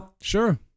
sure